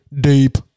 deep